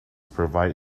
provide